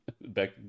back